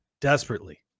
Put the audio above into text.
desperately